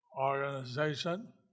organization